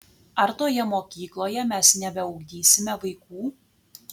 ar toje mokykloje mes nebeugdysime vaikų